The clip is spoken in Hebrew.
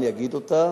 אני אגיד אותה: